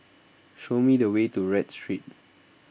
show me the way to Read Street